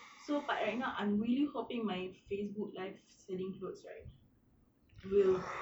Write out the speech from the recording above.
so but right now I'm really hoping my facebook live selling clothes right will